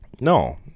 No